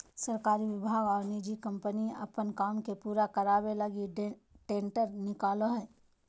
सरकारी विभाग और निजी कम्पनी अपन काम के पूरा करावे लगी टेंडर निकालो हइ